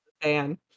fan